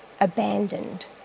abandoned